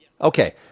Okay